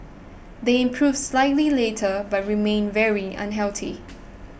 they improved slightly later but remained very unhealthy